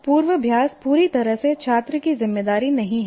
पूर्वाभ्यास पूरी तरह से छात्र की जिम्मेदारी नहीं है